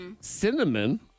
Cinnamon